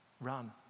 Run